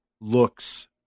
looks –